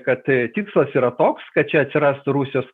kad tikslas yra toks kad čia atsirastų rusijos